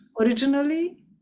originally